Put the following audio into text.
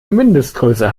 mindestgröße